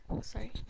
sorry